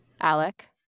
alec